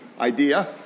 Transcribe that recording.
idea